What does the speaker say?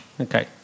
Okay